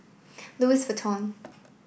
Louis Vuitton